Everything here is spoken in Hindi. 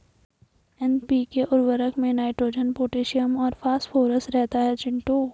एन.पी.के उर्वरक में नाइट्रोजन पोटैशियम और फास्फोरस रहता है चिंटू